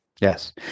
Yes